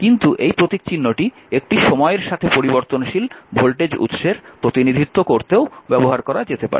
কিন্তু এই প্রতীকচিহ্নটি একটি সময়ের সাথে পরিবর্তনশীল ভোল্টেজ উৎসের প্রতিনিধিত্ব করতেও ব্যবহার করা যেতে পারে